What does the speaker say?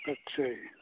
ਅੱਛਾ ਜੀ